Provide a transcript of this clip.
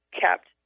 kept